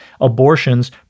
abortions